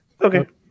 Okay